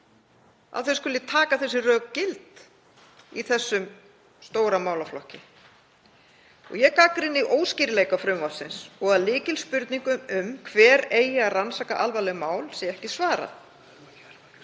að þeir skuli taka slík rök gild í þessum stóra málaflokki. Ég gagnrýni óskýrleika frumvarpsins og að lykilspurningum um hver eigi að rannsaka alvarleg mál sé ekki svarað.